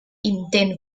intent